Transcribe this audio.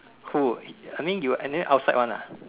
who I mean you anyway outside one ah